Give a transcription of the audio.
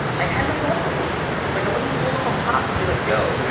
i had no leverage like i wasn't gonna roll up on pops and be like yo, yeah